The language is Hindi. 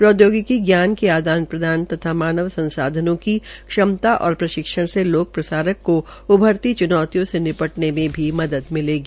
प्रौद्योगिकी ज्ञान के आदान प्रदान तथा मानव संसाधनों की क्षमता और प्रशिक्षण से लोक प्रसारक को उभरती चुनौतियों से निपटने में भी मदद मिलेगी